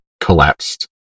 collapsed